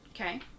Okay